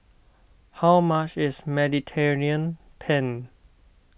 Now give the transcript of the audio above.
how much is Mediterranean Penne